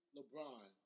LeBron